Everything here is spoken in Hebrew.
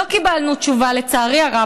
לא קיבלנו תשובה, לצערי הרב.